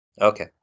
Okay